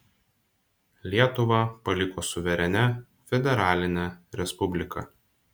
lietuva paliko suverenia federaline respublika